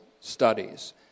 studies